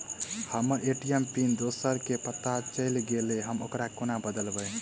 हम्मर ATM PIN दोसर केँ पत्ता चलि गेलै, हम ओकरा कोना बदलबै?